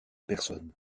personne